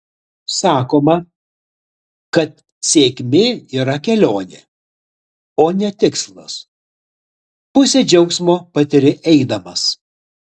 sakoma kad sėkmė yra kelionė o ne tikslas pusę džiaugsmo patiri eidamas